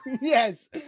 Yes